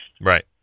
Right